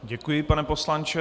Děkuji, pane poslanče.